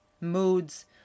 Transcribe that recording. moods